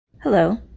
Hello